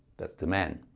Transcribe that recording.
that's the man.